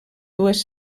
dues